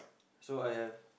so I have